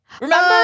Remember